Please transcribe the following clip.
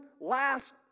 last